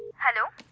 hello,